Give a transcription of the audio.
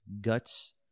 guts